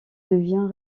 devient